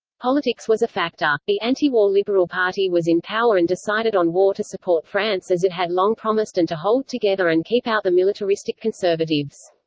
politics was a factor. the antiwar liberal party was in power and decided on war to support france as it had long promised and to hold together and keep out the militaristic conservatives.